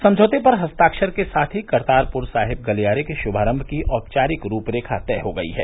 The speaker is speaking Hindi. समझौते पर हस्ताक्षर के साथ ही करतारपुर साहिब गलियारे के ग्रुमारम की औपचारिक रूपरेखा तय हो गई है